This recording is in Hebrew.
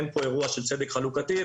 אין פה אירוע של צדק חלוקתי,